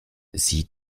sie